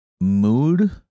mood